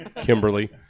Kimberly